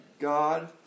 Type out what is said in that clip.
god